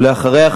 ואחריה,